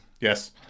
Yes